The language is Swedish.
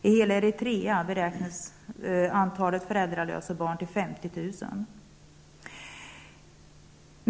I Eritrea beräknas antalet föräldralösa barn vara 50 000.